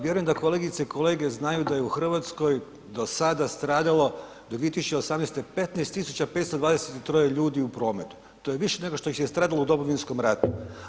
Vjerujem da kolegice i kolege znaju da je u Hrvatskoj do sada stradalo do 2018. 15 tisuća 523 ljudi u prometu, to je više nego što ih je stradalo u Domovinskom ratu.